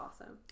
awesome